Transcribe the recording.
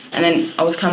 and then i was